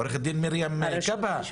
עו"ד מרים כבהא.